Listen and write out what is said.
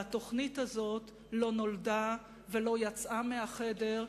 והתוכנית הזאת לא נולדה ולא יצאה מהחדר,